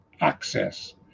access